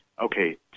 okay